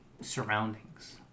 surroundings